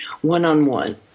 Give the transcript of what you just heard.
one-on-one